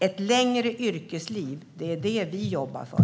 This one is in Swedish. Ett längre yrkesliv är vad vi jobbar för.